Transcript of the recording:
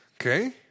okay